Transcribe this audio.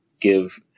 give